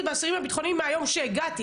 הכנסתי אותו לכלא.